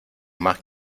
más